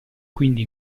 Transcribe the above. quindi